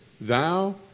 Thou